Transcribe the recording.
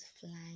flying